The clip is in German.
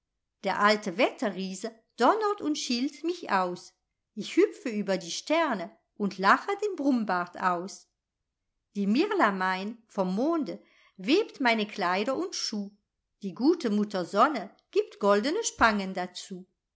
der alte wetterriese donnert und schilt mich aus ich hüpfe über die sterne und lache den brummbart aus die mirlamein vom monde webt meine kleider und schuh die gute mutter sonne gibt goldene spangen dazu